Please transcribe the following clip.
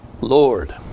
Lord